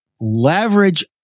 leverage